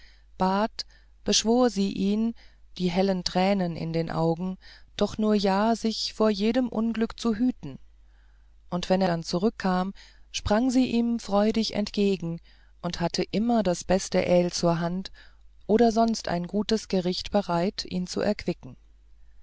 bat beschwor sie ihn die hellen tränen in den augen doch nur ja sich vor jedem unglück zu hüten und wenn er dann zurückkam sprang sie ihm freudig entgegen und hatte immer das beste aehl zur hand oder sonst ein gut gericht bereitet ihn zu erquicken